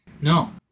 No